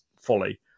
folly